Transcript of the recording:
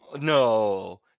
No